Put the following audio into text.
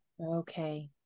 Okay